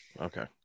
Okay